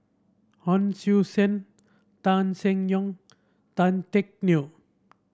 Hon Sui Sen Tan Seng Yong Tan Teck Neo